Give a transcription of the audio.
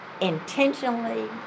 intentionally